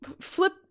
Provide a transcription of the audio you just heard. flip